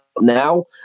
now